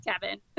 Kevin